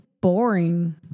boring